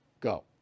Go